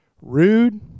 rude